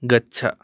गच्छ